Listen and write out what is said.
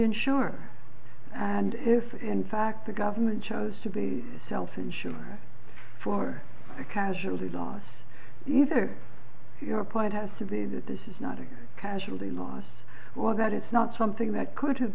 insurer and if in fact the government chose to be self insured for the casualty dos either your point has to be that this is not a casualty loss or that it's not something that could have